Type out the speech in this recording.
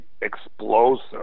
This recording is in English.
explosive